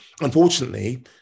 unfortunately